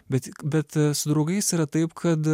bet bet su draugais yra taip kad